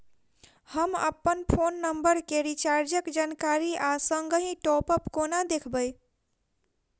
हम अप्पन phone number केँ रिचार्जक जानकारी आ संगहि टॉप अप कोना देखबै?